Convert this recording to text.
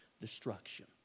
destruction